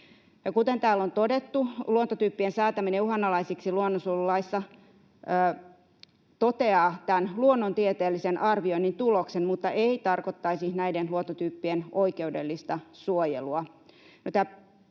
Kuten täällä on todettu, luontotyyppien säätäminen uhanalaisiksi luonnonsuojelulaissa toteaa tämän luonnontieteellisen arvioinnin tuloksen mutta ei tarkoittaisi näiden luontotyyppien oikeudellista suojelua.